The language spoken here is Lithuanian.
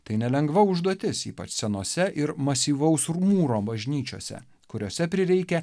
tai nelengva užduotis ypač senose ir masyvaus mūro bažnyčiose kuriose prireikia